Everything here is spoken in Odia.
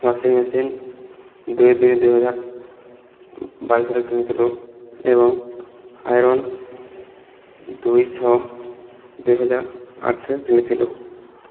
ୱାସିଙ୍ଗ୍ ମେସିନ୍ ଦୁଇ ଦୁଇ ଦୁଇହଜାର ବାଇଶରେ କିଣିଥିଲୁ ଏବଂ ଆଇରନ୍ ଦୁଇ ଛଅ ଦୁଇହଜାର ଆଠରେ କିଣିଥିଲୁ